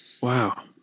Wow